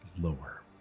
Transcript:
lower